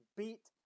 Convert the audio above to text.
beat